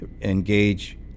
engage